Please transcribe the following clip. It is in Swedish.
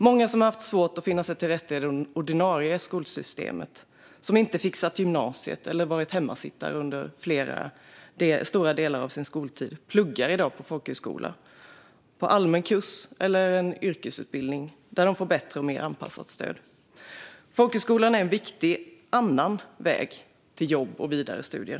Många som har haft svårt att finna sig till rätta i det ordinarie skolsystemet, som inte fixat gymnasiet eller som varit hemmasittare under stora delar av sin skoltid pluggar i dag på folkhögskola på allmän kurs eller en yrkesutbildning där de får bättre och mer anpassat stöd. Folkhögskolan är en viktig annan väg till jobb och vidare studier.